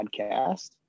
podcast